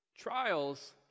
trials